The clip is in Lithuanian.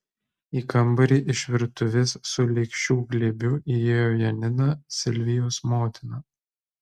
į kambarį iš virtuvės su lėkščių glėbiu įėjo janina silvijos motina